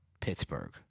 Pittsburgh